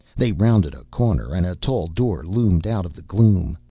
they rounded a corner and a tall door loomed out of the gloom.